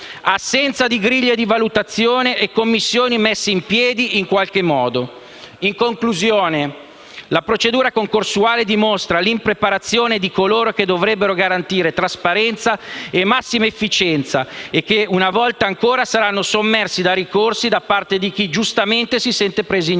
Assenza di griglie di valutazione e commissioni messe in piedi in qualche modo. In conclusione, la procedura concorsuale dimostra l'impreparazione di coloro che dovrebbero garantire trasparenza e massima efficienza, e che una volta ancora saranno sommersi da ricorsi da parte di chi, giustamente, si sente preso in giro.